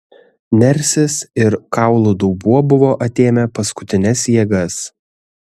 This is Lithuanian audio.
nersis ir kaulų dubuo buvo atėmę paskutines jėgas